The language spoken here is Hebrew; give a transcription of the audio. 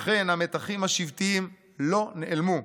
אך המתחים השבטיים לא נעלמו.